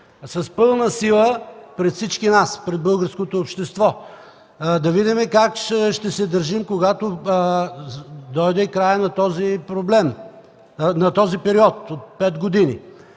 с пълна сила пред всички нас, пред българското общество. Да видим как ще се държим, когато дойде краят на този период от пет години.